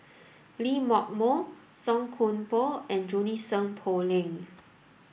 Lee Hock Moh Song Koon Poh and Junie Sng Poh Leng